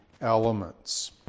elements